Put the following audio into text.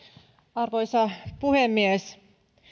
arvoisa puhemies